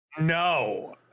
No